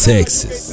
Texas